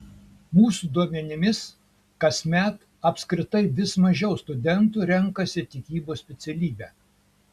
mūsų duomenimis kasmet apskritai vis mažiau studentų renkasi tikybos specialybę